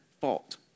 fault